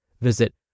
Visit